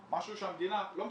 משהו שהמדינה לא מספקת.